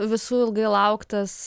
visų ilgai lauktas